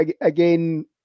again